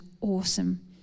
awesome